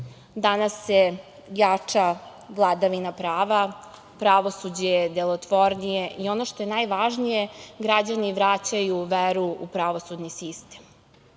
Danas se jača vladavina prava, pravosuđe je delotvornije i ono što je najvažnije, građani vraćaju veru u pravosudni sistem.